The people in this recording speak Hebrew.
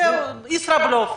ישראבלוף.